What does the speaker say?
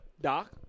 Doc